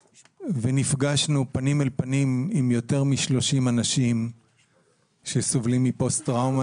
ונפגשנו פנים אל פנים עם יותר מ-30 אנשים שסובלים מפוסט-טראומה.